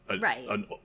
Right